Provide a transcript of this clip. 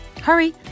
Hurry